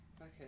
Okay